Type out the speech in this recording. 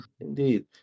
Indeed